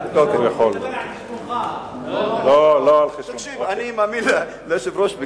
אני מאמין ליושב-ראש.